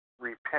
repent